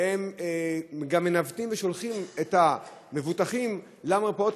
והן גם מנווטות ושולחות את המבוטחים למרפאות